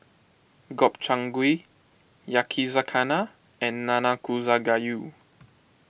Gobchang Gui Yakizakana and Nanakusa Gayu